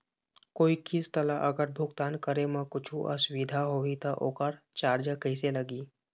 कोई किस्त ला अगर भुगतान करे म कुछू असुविधा होही त ओकर चार्ज कैसे लगी?